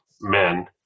men